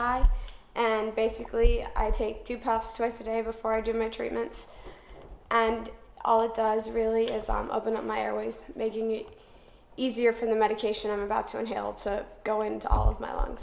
i and basically i take two puffs twice a day before argument treatments and all it does really is i'm open up my airways making it easier for the medication i'm about to inhale to go into all of my l